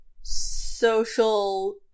social